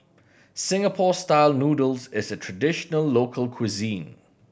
Singapore Style Noodles is a traditional local cuisine